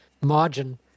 margin